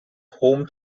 home